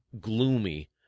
gloomy